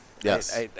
Yes